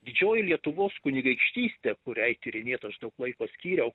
didžioji lietuvos kunigaikštystė kuriai tyrinėt aš daug laiko skyriau